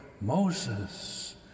Moses